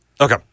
Okay